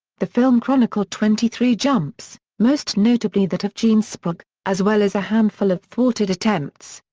the film chronicled twenty three jumps, most notably that of gene sprague, as well as a handful of thwarted attempts.